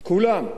כולם.